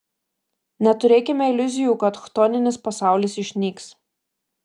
neturėkime iliuzijų kad chtoninis pasaulis išnyks